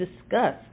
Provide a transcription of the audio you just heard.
discuss